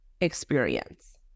experience